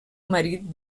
marit